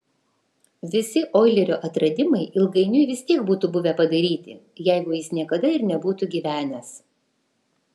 visi oilerio atradimai ilgainiui vis tiek būtų buvę padaryti jeigu jis niekada ir nebūtų gyvenęs